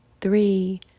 three